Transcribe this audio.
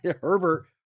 Herbert